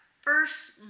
first